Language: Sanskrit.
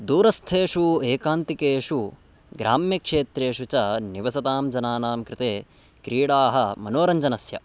दूरस्थेषु एकान्तिकेषु ग्राम्यक्षेत्रेषु च निवसतां जनानां कृते क्रीडाः मनोरञ्जनस्य